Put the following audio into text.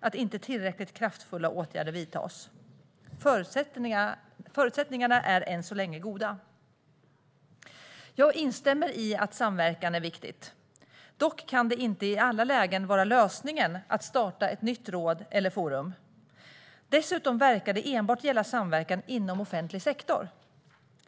att inte tillräckligt kraftfulla åtgärder vidtas. Förutsättningarna är än så länge goda. Jag instämmer i att samverkan är viktigt. Dock kan det inte i alla lägen vara lösningen att starta ett nytt råd eller forum. Dessutom verkar det enbart gälla samverkan inom offentlig sektor.